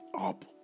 up